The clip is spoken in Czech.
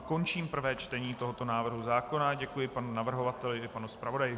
Končím prvé čtení tohoto návrhu zákona a děkuji panu navrhovateli i panu zpravodaji.